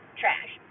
trash